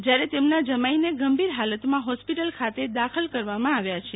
જયાર તેમના જમાઈને ગંભીર હાલતમાં હોસ્પિટલ ખાતે દાખલ કરવામાં આવ્યા છે